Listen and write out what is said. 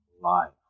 life